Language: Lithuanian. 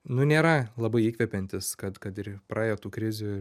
nu nėra labai įkvepiantys kad kad ir praėjo tų krizių